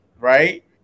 Right